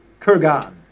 Kurgan